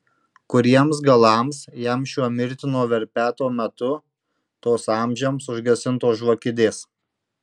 kuriems galams jam šiuo mirtino verpeto metu tos amžiams užgesintos žvakidės